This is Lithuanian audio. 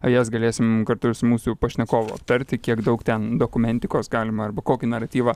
jas galėsim kartu ir su mūsų pašnekovu aptarti kiek daug ten dokumentikos galima arba kokį naratyvą